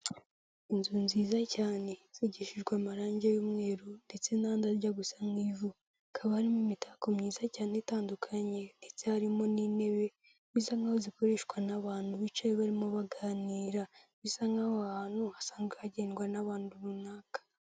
Inzu nziza cyane isigishijwe amarangi y'umweru ndetse n'andi ajya gusa nk'ivu, hakaba harimo imitako myiza cyane itandukanye ndetse harimo n'intebe bisa nk'aho zikoreshwa n'abantu bicaye barimo baganira ,bisa nk'aho aho hantu hasanzwe hagendwa n'abantu runaka.